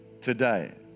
today